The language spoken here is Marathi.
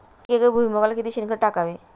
एक एकर भुईमुगाला किती शेणखत टाकावे?